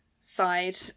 side